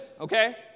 okay